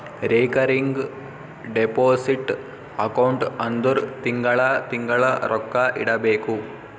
recurring deposit account ಅಂದುರ್ ತಿಂಗಳಾ ತಿಂಗಳಾ ರೊಕ್ಕಾ ಇಡಬೇಕು